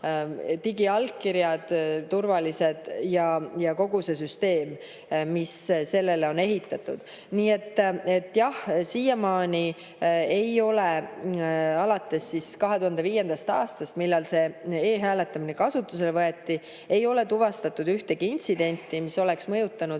Digiallkirjad on turvalised ja ka kogu süsteem, mis sellele on ehitatud. Nii et jah, siiamaani ei ole alates 2005. aastast, millal see e-hääletamine kasutusele võeti, tuvastatud ühtegi intsidenti, mis oleks mõjutanud